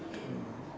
mm